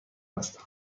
هستم